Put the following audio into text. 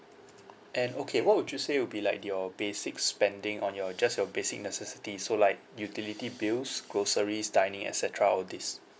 and okay what would you say would be like your basic spending on your just your basic necessities so like utility bills groceries dining et cetera all these